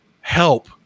help